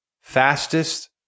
fastest